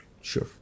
sure